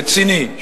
רציני,